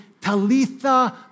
Talitha